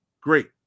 great